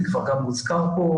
זה כבר גם הוזכר פה,